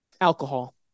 Alcohol